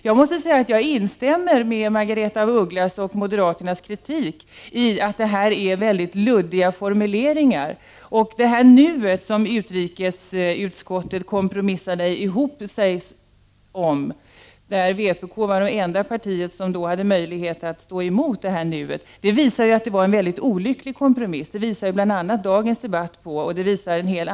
Jag instämmer i Margaretha af Ugglas och moderaternas kritik om att detta är mycket luddigt formulerat. Utrikesutskottet har kompromissat ihop sig om ett ”nu”. Vpk var det enda parti som hade möjlighet att stå emot detta. Dagens debatt och en hel del andra debatter visar att det var en mycket olycklig kompromiss.